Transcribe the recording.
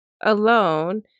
alone